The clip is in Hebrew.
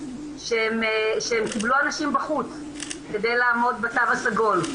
שהם קיבלו אנשים בחוץ כדי לעמוד בתו הסגול,